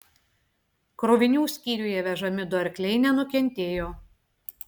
krovinių skyriuje vežami du arkliai nenukentėjo